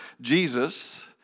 Jesus